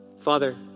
Father